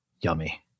yummy